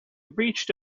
reached